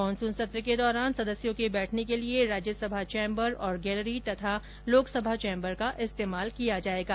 monsoon सत्र के दौरान सदस्यों के बैठने के लिए राज्यसभा चैम्बर और गैलरी तथा लोकसभा चैम्बर का इस्तेमाल किया जाएगा